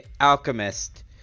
alchemist